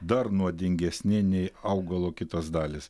dar nuodingesni nei augalo kitos dalys